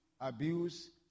abuse